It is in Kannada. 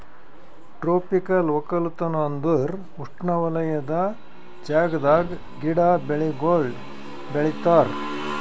ಟ್ರೋಪಿಕಲ್ ಒಕ್ಕಲತನ ಅಂದುರ್ ಉಷ್ಣವಲಯದ ಜಾಗದಾಗ್ ಗಿಡ, ಬೆಳಿಗೊಳ್ ಬೆಳಿತಾರ್